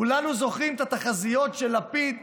כולנו זוכרים את התחזיות של לפיד,